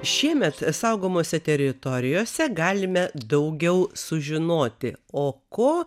šiemet saugomose teritorijose galime daugiau sužinoti o ko